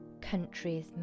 countries